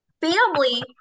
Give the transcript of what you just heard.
family